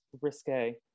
risque